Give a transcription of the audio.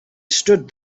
stood